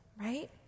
right